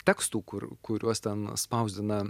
tekstų kur kuriuos ten spausdina